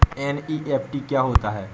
NEFT क्या होता है?